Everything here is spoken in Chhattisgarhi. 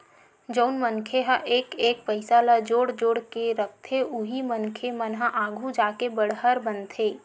जउन मनखे ह एक एक पइसा ल जोड़ जोड़ के रखथे उही मनखे मन ह आघु जाके बड़हर बनथे